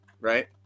right